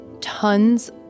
tons